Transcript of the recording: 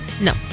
No